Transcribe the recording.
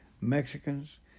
Mexicans